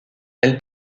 elle